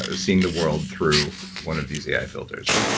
ah seeing the world through one of these ai filters?